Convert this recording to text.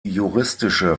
juristische